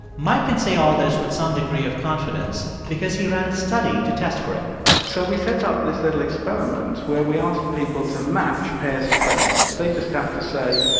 mike can say all this with some degree of confidence because he ran a study to test for it so we set up this little experiment where we asked people to match pairs of faces. they just have to say,